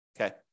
okay